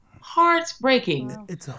heartbreaking